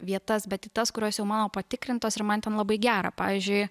vietas bet į tas kurios jau mano patikrintos ir man ten labai gera pavyzdžiui